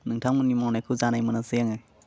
नोंथांमोननि मावनायखौ जानाय मोनासै आङो